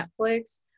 Netflix